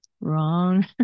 Wrong